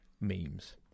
memes